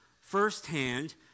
firsthand